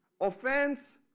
offense